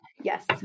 Yes